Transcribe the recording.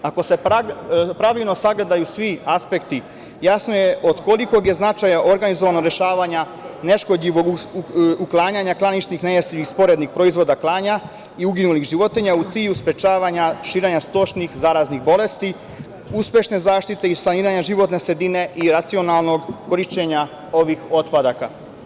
Ako se pravilno sagledaju svi aspekti, jasno je od kolikog je značaja organizovano rešavanje neškodljivog uklanjanja klaničnih nejestivih i sporednih proizvoda klanja i uginulih životinja u cilju sprečavanja širenja stočnih zaraznih bolesti, uspešne zaštite i saniranja životne sredine i racionalnog korišćenja ovih otpadaka.